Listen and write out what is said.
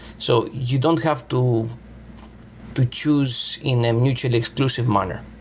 so you don't have to to choose in a mutual exclusive manner,